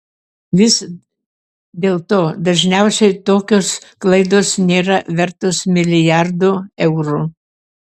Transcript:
vis dėlto dažniausiai tokios klaidos nėra vertos milijardų eurų